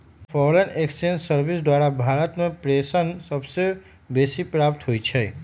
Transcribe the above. foreign exchange service द्वारा भारत में प्रेषण सबसे बेसी प्राप्त होई छै